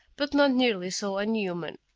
but not nearly so inhuman.